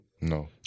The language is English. No